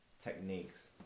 Techniques